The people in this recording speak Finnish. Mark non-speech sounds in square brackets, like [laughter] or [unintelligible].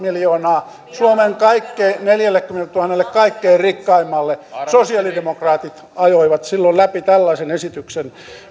[unintelligible] miljoonaa suomen neljällekymmenelletuhannelle kaikkein rikkaimmalle sosialidemokraatit ajoivat silloin läpi tällaisen esityksen